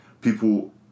people